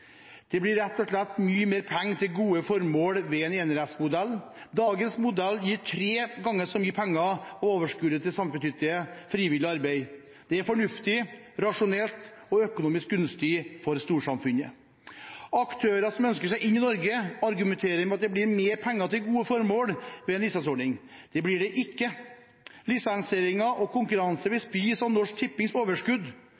Det blir rett og slett mye mer penger til gode formål med en enerettsmodell. Dagens modell gir tre ganger så mye penger av overskuddet til samfunnsnyttig, frivillig arbeid. Det er fornuftig, rasjonelt og økonomisk gunstig for storsamfunnet. Aktører som ønsker seg inn i Norge, argumenterer med at det blir mer penger til gode formål ved en lisensordning. Det blir det ikke. Lisensieringen og konkurransen vil spise av Norsk Tippings overskudd.